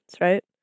right